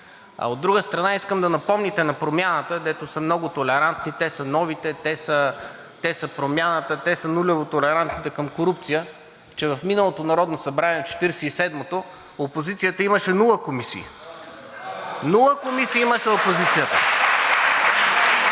А от друга страна, искам да напомните на Промяната, дето са много толерантни, те са новите, те са промяната, те са нулево толерантните към корупцията, че в миналото Народно събрание – Четиридесет и седмото, опозицията имаше нула комисии. Нула комисии имаше опозицията!